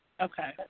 Okay